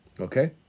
Okay